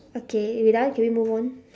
okay wait ah give me a moment